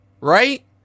right